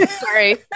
sorry